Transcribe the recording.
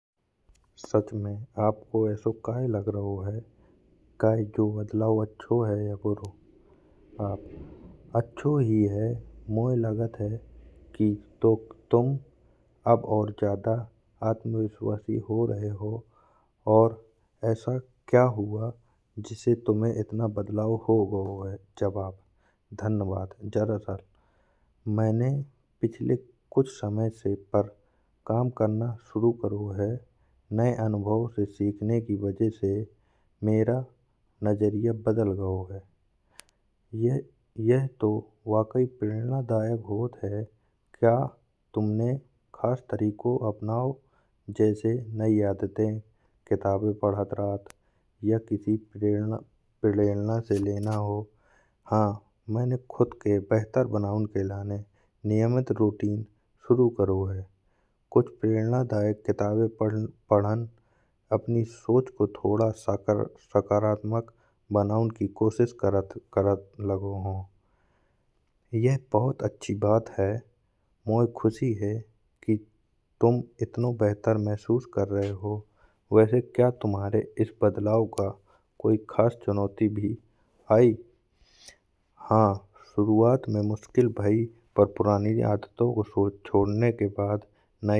सच में आपके ऐसो काये लग रहो है कहे जो बदलाव अच्छा है या बुरो आप अच्छा ही है। मोये लागत है कि तो तुम अब और ज्यादा आत्मविश्वासी हो रहे हो और ऐसा क्या हुआ जिसे तुम्हें इतना बदलाव हो गाओ है। धन्यवाद मैंने पिछले कुछ समय से काम करना शुरू करो है। नये अनुभव से सिखने की वजह से मेरा नजरिया बदल गाओ है। यह तो वाकई प्रेरणादायक होत है क्या तुमने खास तरीकों अपनाओ जैसे नयी आदतें किताबें पढ़त रहत। या किसी प्रेरणा से लेना हो हाँ। मैंने खुद के बेहतर बनाऊन के लाने नियमित रूटीन शुरू करो है। कुछ प्रेरणादायक किताबें पढ़न अपनी सोच को थोड़ा सकारात्मक बनाऊन की कोशिश करन लागो हो। यह बहुत अच्छी बात है और खुशी है कि तुम इतनो बेहतर महसूस कर रहे हो। वैसे क्या तुम्हारे इस बदलाव का कोई खास चुनौती भी आई हाँ। शुरुआत में मुश्किल भये और पुरानी आदतो को छोड़ने के बाद नयी आदते बनाना संघर्षपूर्ण है। लेकिन आब मोये लागत है कि सब जरूरी होत।